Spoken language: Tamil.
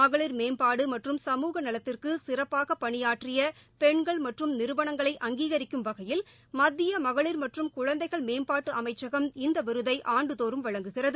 மகளிர் மேம்பாடு மற்றும் சமூக நலத்திற்கு சிறப்பாக பணியாற்றிய பெண்கள் மற்றும் நிறுவனங்களை அங்கீகரிக்கும் வகையில் மத்திய மகளிர் மற்றும் குழந்தைகள் மேம்பாட்டு அமைச்சகம் இந்த விருதை ஆண்டுதோறும் வழங்குகிறது